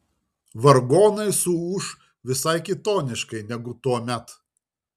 vargonai suūš visai kitoniškai negu tuomet